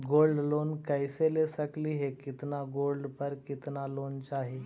Gold loan कैसे ले सकली हे, कितना गोल्ड पर कितना लोन चाही?